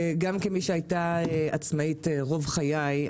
כמי שהייתה עצמאית רוב חיי,